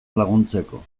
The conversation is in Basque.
laguntzeko